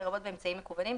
לרבות באמצעים מקוונים,